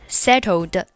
settled